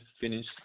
finish